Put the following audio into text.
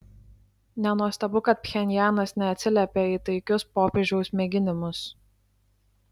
nenuostabu kad pchenjanas neatsiliepė į taikius popiežiaus mėginimus